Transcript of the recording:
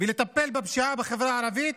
ולטפל בפשיעה בחברה הערבית